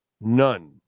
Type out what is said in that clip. None